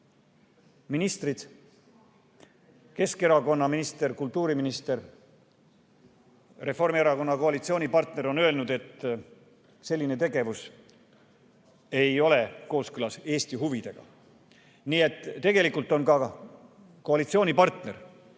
ministrid. Keskerakonna minister, kultuuriminister, Reformierakonna koalitsioonipartner, on öelnud, et selline tegevus ei ole kooskõlas Eesti huvidega. Nii et tegelikult on ka koalitsioonipartner